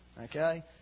Okay